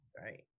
Right